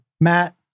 Matt